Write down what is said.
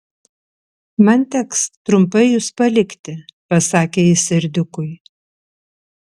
man teks trumpai jus palikti pasakė jis serdiukui